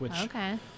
Okay